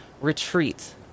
retreat